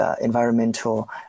environmental